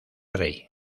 rey